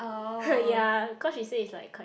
!heh! ya cause she say it's like quite